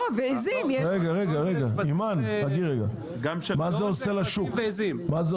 מה זה עושה לשוק?